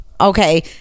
Okay